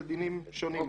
זה אומר שזה דינים שונים,